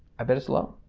i bet it's low,